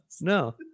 no